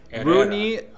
Rooney